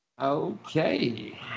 Okay